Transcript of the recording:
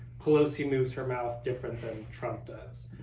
pelosi moves her mouth different than trump does.